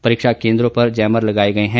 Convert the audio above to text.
परीक्षा केंद्रों पर जैमर लगायें गए हैं